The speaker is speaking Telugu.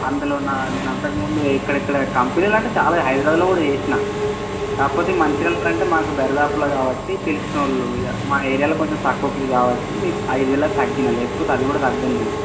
అందులో నా నేను అంతకు ముందు ఎక్కడెక్కడ కంపెనీలు అంటే చాలా హైదరాబాద్లో కూడా చేసినా కాకపోతే మంచిర్యాలలో అంటే మాకు దరిదాపుల్లో కాబట్టి తెలిసినోళ్ళు ఇక మన ఏరియాలో కొంచెం తక్కువకి కాబట్టి మీకు ఐదు వేల దాకా తగ్గినా లేకపోతే అది కూడా తగ్గను నేను